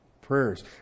prayers